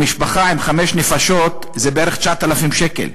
למשפחה של חמש נפשות זה בערך 9,000 שקל,